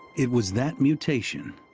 it was that mutation,